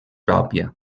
pròpia